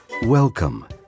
Welcome